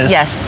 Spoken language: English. Yes